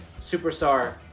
superstar